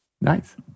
Nice